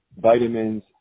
vitamins